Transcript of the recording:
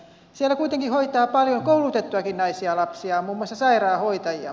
siellä kuitenkin hoitaa paljon koulutettujakin naisia lapsiaan muun muassa sairaanhoitajia